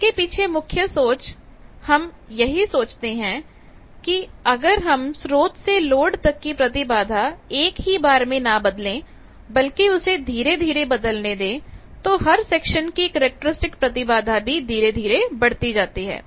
इसके पीछे मुख्य सोच हम यही सोचते हैं कि अगर हम स्रोत से लोड तक की प्रतिबाधा एक ही बार में ना बदलें बल्कि उसे धीरे धीरे बदलने दे तो हर सेक्शन की कैरेक्टरिस्टिक प्रतिबाधा भी धीरे धीरे बढ़ती जाती है